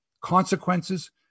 consequences